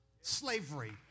slavery